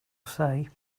say